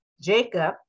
Jacob